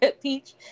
peach